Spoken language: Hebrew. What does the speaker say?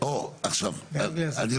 זה